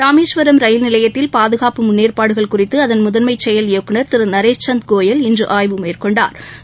Rameswaram rail நிவையத்தில் பாதுகாப்பு முன்னேற்பாடுகள் குறித்து அதன் முதன்மை செயல் இயக்குநர் திரு நரேஷ் சந்த் கோயல் இன்று ஆய்வு மேற்கொண்டாா்